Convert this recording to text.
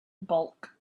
bulk